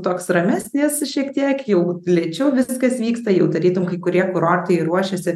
toks ramesnės šiek tiek jau lėčiau viskas vyksta jau tarytum kai kurie kurortai ruošiasi